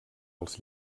als